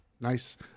nice